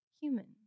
humans